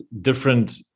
different